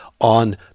on